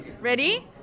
Ready